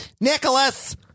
nicholas